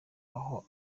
aho